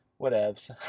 whatevs